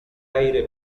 aire